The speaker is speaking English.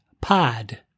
pod